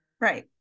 Right